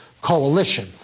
coalition